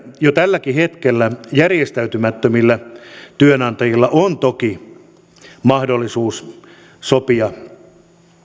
jo tälläkin hetkellä järjestäytymättömillä työnantajilla on toki mahdollisuus sopia